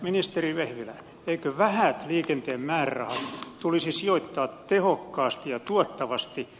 ministeri vehviläinen eikö vähät liikenteen määrärahat tulisi sijoittaa tehokkaasti ja tuottavasti